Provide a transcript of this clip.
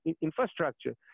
infrastructure